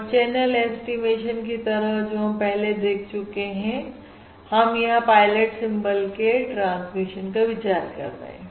और channel estimation की तरह जो हम पहले देख चुके हैं हम यहां पायलट सिंबल के ट्रांसमिशन का विचार कर रहे हैं